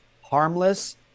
harmless